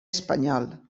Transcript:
espanyol